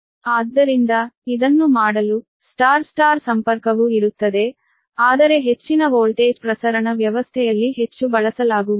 ಆದ್ದರಿಂದ ಇದನ್ನು ಮಾಡಲು ಸ್ಟಾರ್ ಸ್ಟಾರ್ ಸಂಪರ್ಕವು ಇರುತ್ತದೆ ಆದರೆ ಹೆಚ್ಚಿನ ವೋಲ್ಟೇಜ್ ಪ್ರಸರಣ ವ್ಯವಸ್ಥೆಯಲ್ಲಿ ಹೆಚ್ಚು ಬಳಸಲಾಗುವುದಿಲ್ಲ